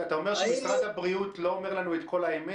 אתה אומר שמשרד הבריאות לא אומר לנו את כל האמת?